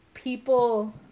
People